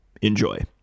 Enjoy